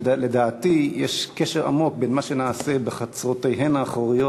שלדעתי יש קשר עמוק בין מה שנעשה בחצרותיהן האחוריות